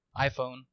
iPhone